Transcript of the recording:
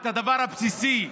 את הדבר הבסיסי.